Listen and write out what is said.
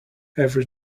every